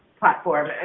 platform